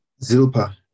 Zilpa